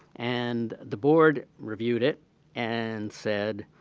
and the board reviewed it and said,